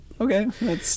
okay